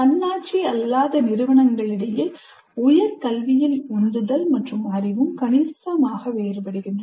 தன்னாட்சி அல்லாத நிறுவனங்களிடையே உயர் கல்வியில் உந்துதல் மற்றும் அறிவும் கணிசமாக வேறுபடுகின்றன